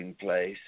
place